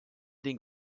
den